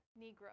Negro